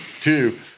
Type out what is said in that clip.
two